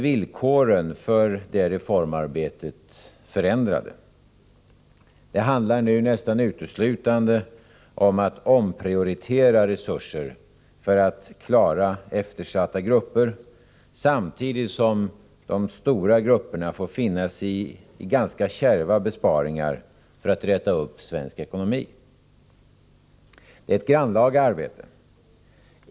Villkoren för det reformarbetet är däremot förändrade. Det handlar nu nästan uteslutande om att omprioritera resurser för att klara eftersatta grupper, samtidigt som de stora grupperna får finna sig i ganska kärva besparingar för att räta upp svensk ekonomi. Det är ett grannlaga arbete.